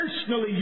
personally